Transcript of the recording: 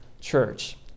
church